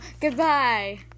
Goodbye